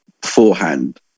beforehand